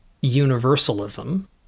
universalism